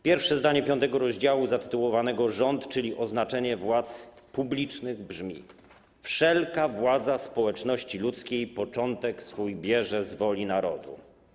Pierwsze zdanie V rozdziału zatytułowanego: Rząd, czyli oznaczenie władz publicznych brzmi: Wszelka władza społeczności ludzkiej początek swój bierze z woli narodu.